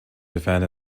defend